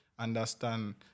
Understand